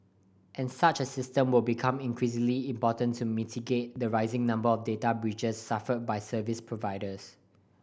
and such a system will become increasingly important to mitigate the rising number of data breaches suffered by service providers